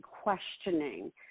questioning